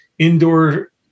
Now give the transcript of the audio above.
Indoor